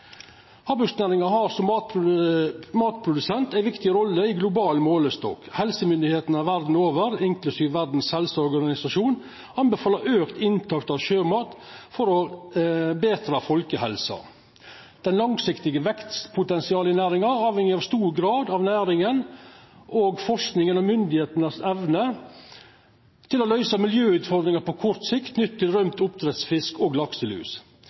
havbruksnæringa. Havbruksnæringa har som matprodusent ei viktig rolle i global målestokk. Helsemyndigheitene verda over, inklusive Verdens helseorganisasjon, anbefaler auka inntak av sjømat for å betra folkehelsa. Det langsiktige vekstpotensialet i næringa avheng i stor grad av evnene næringa, forskinga og myndigheitene har til å løyse miljøutfordringane på kort sikt knytte til rømt oppdrettsfisk og lakselus